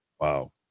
Wow